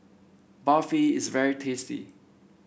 Barfi is very tasty